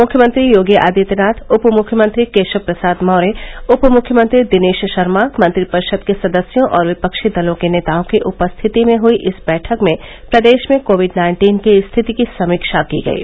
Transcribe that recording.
मुख्यमंत्री योगी आदित्यनाथ उप मुख्यमंत्री केशव प्रसाद मौर्य उप मुख्यमंत्री दिनेश शर्मा मंत्रिपरिषद के सदस्यों और विपक्षी दलों के नेतओं की उपस्थिति में हुई इस बैठक में प्रदेश में कोविड नाइन्टीन की स्थिति की समीक्षा की गयी